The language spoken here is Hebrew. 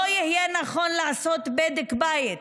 לא יהיה נכון לעשות בדק מבית.